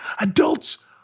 Adults